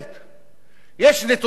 יש נתוני אבטלה אחרים,